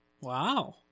Wow